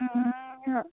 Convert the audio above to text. অঁ